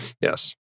Yes